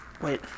Wait